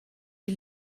die